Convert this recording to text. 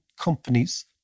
companies